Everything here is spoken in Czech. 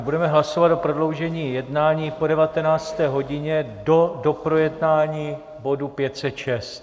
Budeme hlasovat o prodloužení jednání po 19. hodině do doprojednání bodu 506.